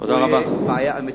זו תהיה בעיה אמיתית.